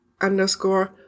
underscore